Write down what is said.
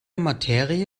materie